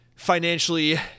financially